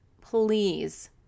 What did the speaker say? please